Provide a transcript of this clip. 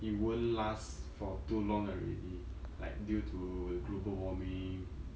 it won't last for too long already like due to global warming